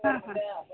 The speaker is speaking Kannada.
ಹಾಂ ಹಾಂ